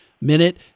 minute